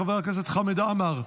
חבר הכנסת חמד עמאר,